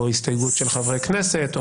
או הסתייגות של חברי כנסת,